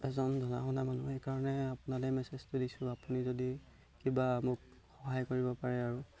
এজন জনা শুনা মানুহ সেইকাৰণে আপোনালৈ মেছেজটো দিছোঁ আপুনি যদি কিবা মোক সহায় কৰিব পাৰে আৰু